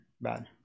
bad